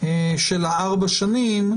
של ארבע השנים,